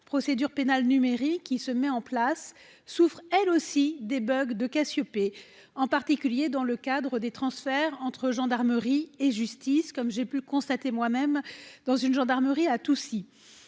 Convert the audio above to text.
procédure pénale numérique qui se met en place, souffrent elles aussi des bogues de Cassiopée, en particulier dans le cadre des transferts entre gendarmerie et justice, comme j'ai pu constater moi-même dans une gendarmerie a Toussi